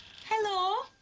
hello?